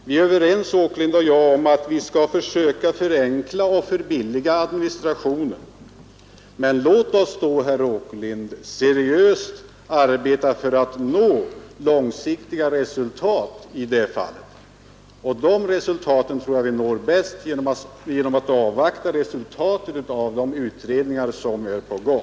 Herr Åkerlind och jag är överens om att vi bör försöka förenkla och förbilliga administrationen. Men låt oss då, herr Åkerlind, seriöst arbeta för att nå goda resultat på lång sikt — och dem tror jag vi bäst når genom att avvakta resultatet av pågående utredningar.